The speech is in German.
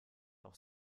auch